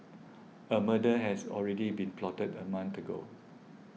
a murder has already been plotted a month ago